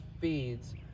feeds